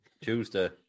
Tuesday